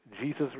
Jesus